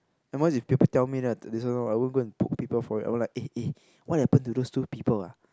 at most if people tell me then I this one loh I won't go poke people for it I won't like eh eh what happen to those two people ah